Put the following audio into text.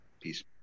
Peace